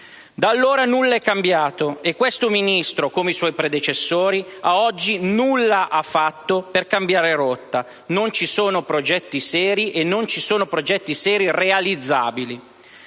Da allora nulla è cambiato e l'attuale Ministro, come i suoi predecessori, ad oggi nulla ha fatto per cambiare rotta: non ci sono progetti seri, né progetti seri realizzabili.